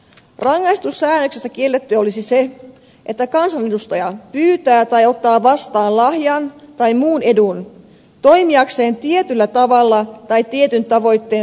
rangaistussäännöksissä kiellettyä olisi se että kansanedustaja pyytää tai ottaa vastaan lahjan tai muun edun toimiakseen tietyllä tavalla tai tietyn tavoitteen saavuttamiseksi